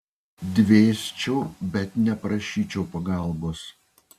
dvėsčiau bet neprašyčiau pagalbos